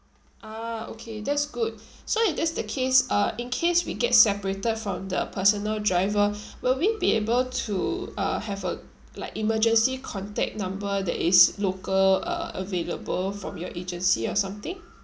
ah okay that's good so if that's the case uh in case we get separated from the personal driver will we be able to uh have a like emergency contact number that is local uh available from your agency or something